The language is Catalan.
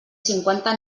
cinquanta